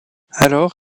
alors